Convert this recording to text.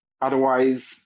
otherwise